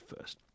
first